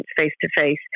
face-to-face